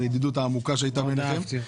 מן הידידות העמוקה שהייתה לך עם אבי,